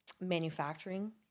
manufacturing